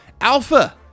Alpha